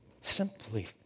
simply